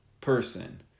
person